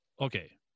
okay